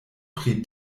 pri